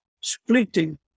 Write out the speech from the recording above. splitting